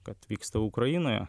kad vyksta ukrainoje